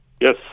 Yes